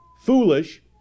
foolish